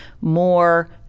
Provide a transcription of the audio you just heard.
more